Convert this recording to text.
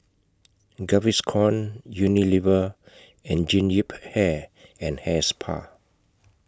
Gaviscon Unilever and Jean Yip Hair and Hair Spa